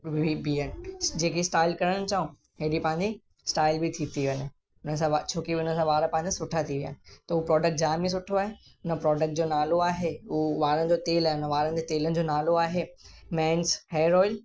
बीहनि जेके स्टाइल करण चाहियूं अहिड़ी पंहिंजी स्टाइल बि थी थी वञे हुन सां वार छोकी उन सां वार पंहिंजा सुठा थी विया त हू प्रोडक्ट जाम ई सुठो आहे उन प्रोडक्ट जो नालो आहे उहो वारनि जो तेलु आहे उन वारनि जे तेलनि जो नालो आहे मैंस हेयर ऑयल